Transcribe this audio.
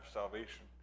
salvation